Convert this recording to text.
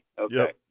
Okay